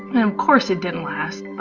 and of course, it didn't last. but